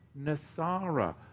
NASARA